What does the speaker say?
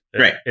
Right